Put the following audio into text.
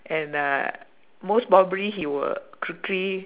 and uh most probably he will quickly